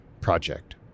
project